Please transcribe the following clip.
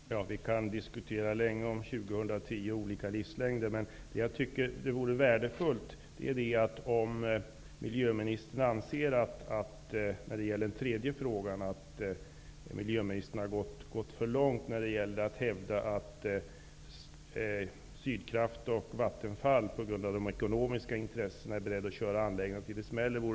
Fru talman! Vi kan diskutera länge om 2010 och om olika livslängder. Men jag tycker att det vore värdefullt om miljöministern insåg att han går för långt när han hävdar att Sydkraft och Vattenfall på grund av ekonomiska intressen är beredda att köra anläggningen tills den smäller.